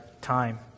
time